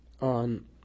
on